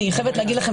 אני חייבת להגיד לכם,